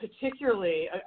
particularly